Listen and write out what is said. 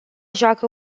joacă